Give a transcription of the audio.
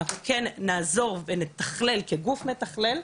אנחנו כן נעזור ונתכלל כגוף מתכלל,